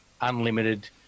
unlimited